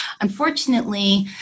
Unfortunately